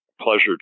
pleasure